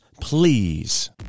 please